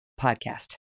podcast